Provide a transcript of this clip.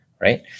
right